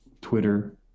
Twitter